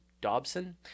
dobson